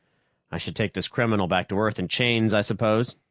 i should take this criminal back to earth in chains, i suppose.